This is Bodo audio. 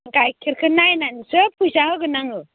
गाइखेरखो नायनानैसो फैसा होगोन आङो